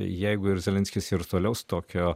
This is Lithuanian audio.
jeigu ir zelenskis ir toliau su tokiu